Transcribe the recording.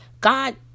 God